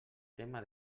tema